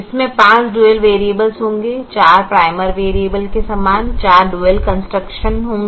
इसमें 5 dual variables होंगे 4 primal variable के समान 4 ड्यूल कंस्ट्रक्शन होंगे